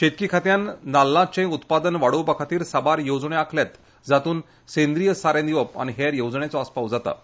शेतकी खात्यान नाल्लांचे उत्पादन वाडोवपा खातीर साबार येवजण्यो आंखल्यात जांतूत सेंद्रीय सारें दिवप आनी हेर येवजण्यांचो आसपाव जाता